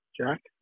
Jack